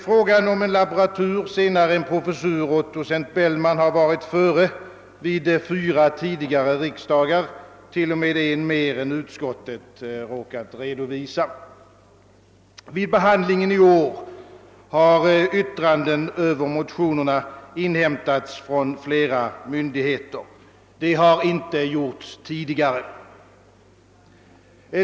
Frågan om en laboratur — senare en professur — åt docent Bellman har varit före vid fyra tidigare tillfällen, t.o.m. ett mer än utskottet har redovisat. Vid behandlingen iår har yttranden över motionerna inhämtats från flera myndigheter, vilket inte har gjorts tidigare.